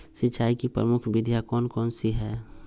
सिंचाई की प्रमुख विधियां कौन कौन सी है?